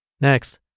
Next